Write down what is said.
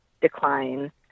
decline